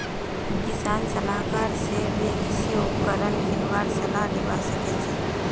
किसान सलाहकार स भी कृषि उपकरण किनवार सलाह लिबा सखछी